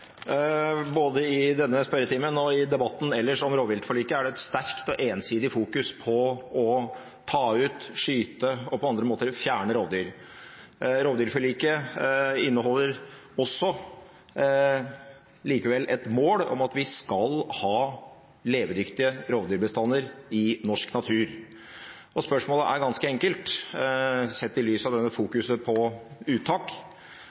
det et sterkt og ensidig fokus på å ta ut, skyte og på andre måter fjerne rovdyr. Rovdyrforliket inneholder likevel også et mål om at vi skal ha levedyktige rovdyrbestander i norsk natur. Spørsmålet er ganske enkelt – sett i lys av dette fokuset på uttak: